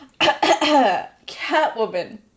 Catwoman